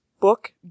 book